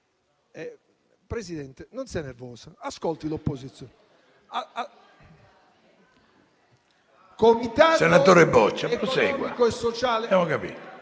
Presidente Meloni, non sia nervosa, ascolti l'opposizione.